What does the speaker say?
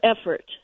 effort